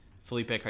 Felipe